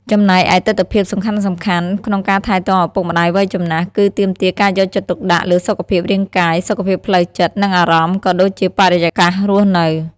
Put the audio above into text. ចំណែកឯទិដ្ឋភាពសំខាន់ៗក្នុងការថែទាំឪពុកម្ដាយវ័យចំណាស់ គឺទាមទារការយកចិត្តទុកដាក់លើសុខភាពរាងកាយ សុខភាពផ្លូវចិត្ត និងអារម្មណ៍ ក៏ដូចជាបរិយាកាសរស់នៅ។